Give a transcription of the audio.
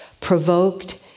provoked